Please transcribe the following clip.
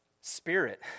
spirit